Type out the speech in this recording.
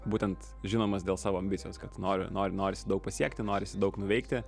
būtent žinomas dėl savo ambicijos kad noriu noriu norisi daug pasiekti norisi daug nuveikti